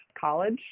college